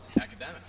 Academics